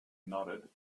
nodded